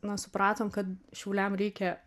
na supratom kad šiauliam reikia